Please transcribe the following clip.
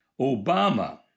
Obama